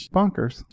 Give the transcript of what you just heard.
Bonkers